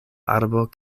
arbo